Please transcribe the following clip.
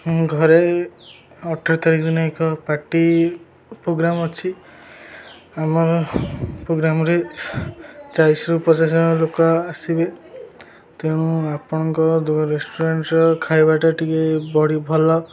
ମୁଁ ଘରେ ଅଠର ତାରିଖ ଦିନ ଏକ ପାର୍ଟି ପୋଗ୍ରାମ୍ ଅଛି ଆମର ପୋଗ୍ରାମ୍ରେ ଚାଳିଶରୁୁ ପଚାଶ ଲୋକ ଆସିବେ ତେଣୁ ଆପଣଙ୍କ ରେଷ୍ଟୁରାଣ୍ଟର ଖାଇବାଟା ଟିକେ ଭଲ